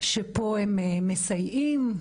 שפה הם מסייעים,